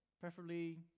preferably